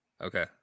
Okay